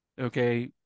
okay